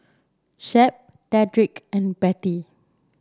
Shep Dedrick and Bettie